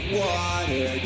water